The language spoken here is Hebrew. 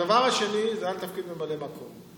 הדבר השני, זה היה על תפקיד ממלא מקום.